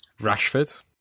Rashford